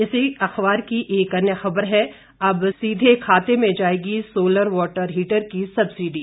इसी अखबार की एक अन्य खबर है अब सीधी खाते में जाएगी सोलर वाटर हीटर की सबसिडी